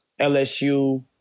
LSU